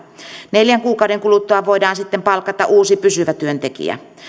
neljän kuukauden kuluttua voidaan sitten palkata uusi pysyvä työntekijä